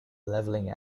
leveling